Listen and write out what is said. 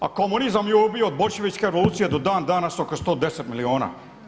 A komunizam je ubio od boljševičke revolucije do dan danas oko 110 milijuna.